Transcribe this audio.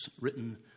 written